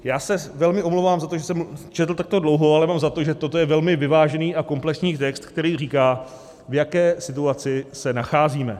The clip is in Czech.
Já se velmi omlouvám za to, že jsem četl takto dlouho, ale mám za to, že toto je velmi vyvážený a komplexní text, který říká, v jaké situaci se nacházíme.